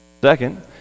Second